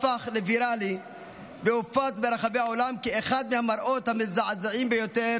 הפך לוויראלי והופץ ברחבי העולם כאחד מהמראות המזעזעים ביותר